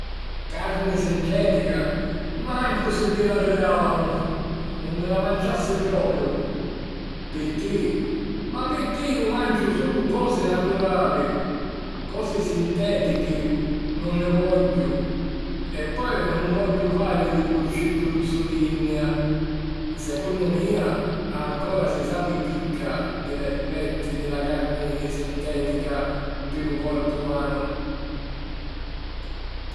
Carni sintètica?!? Mancu si mi la rigàlanu! Nun mi la manciassi propiu! Pirchì? Ma pirchì iu manciu sulu cosi naturali. Cosi sintètichi nun nni vogghiu! E poi nun vogghiu fari di purcidduzzu d'Innia: secunnu mia, ancora si sapi picca di l'effetti di la carni sintètica pi lu corpu umanu.